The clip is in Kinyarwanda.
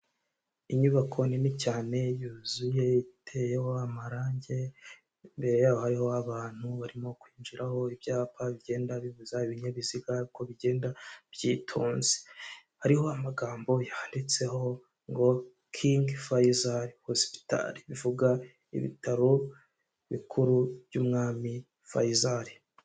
Inyubako nini cyane yuzuye iteyeho amarangi, mbere yaho hariho abantu barimo kwinjiraho ibyapa bigenda bibuza ibinyabiziga ko bigenda byitonze, hariho amagambo yanditseho ngo King Faisal Hospital bivuga ibitaro bikuru by'umwami Faisal.